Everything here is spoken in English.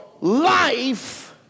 life